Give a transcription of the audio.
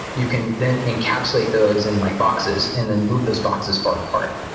you can then encapsulate those in like boxes and then move those boxes far apart.